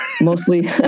mostly